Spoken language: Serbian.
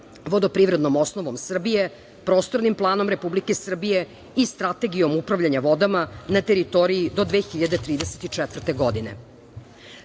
vodoprivrednom osnovom Srbije, Prostornim planom Republike Srbije i Strategijom upravljanja vodama na teritoriji do 2034. godine. Zona